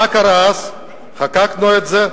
מה קרה מאז חוקקו את זה,